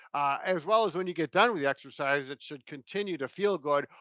as well as when you get done with the exercise, it should continue to feel good,